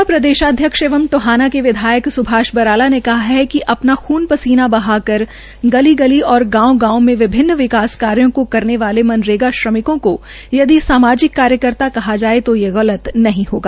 भाजपा प्रदेशाध्यक्ष एवं टोहाना के विधायक सुभाष बराला ने कहा है कि खून पसीना बहाकर गली गली तथा गांव गांव में विभिन्न विकास कार्यो को करने वाले मनरेगा श्रमिकों को यदि सामाजिक कार्यकर्ता कहा जाये तो ये गलत नहीं होगा